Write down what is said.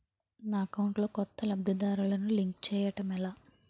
నా అకౌంట్ లో కొత్త లబ్ధిదారులను లింక్ చేయటం ఎలా?